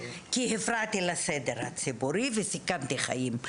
כי הפרעתי לסדר הציבורי וסיכנתי חיים.